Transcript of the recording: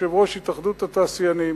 יושב-ראש התאחדות התעשיינים,